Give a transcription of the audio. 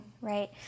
Right